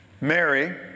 Mary